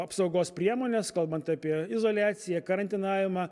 apsaugos priemones kalbant apie izoliaciją karantinavimą